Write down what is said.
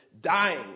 dying